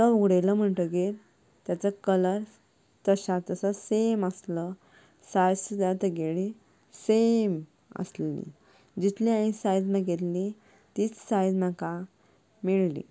तो उमळयलो म्हणटगीर तेचो कलर तशां तसो सेम आसलो सायज सूध्दा तेगेली सेम आसलेली जितलें हांवें सायज मागयल्ली तीच सायज म्हाका मेळली